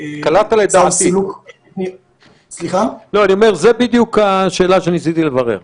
קלעת לדעתי, זאת בדיוק השאלה שניסיתי לברר.